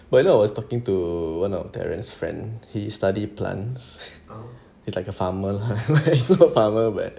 but you know I was talking to one of terrence friend he study plants he's like a farmer lah but he's not farmer but